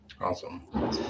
Awesome